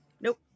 nope